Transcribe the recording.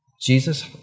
Jesus